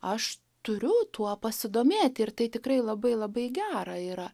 aš turiu tuo pasidomėti ir tai tikrai labai labai gera yra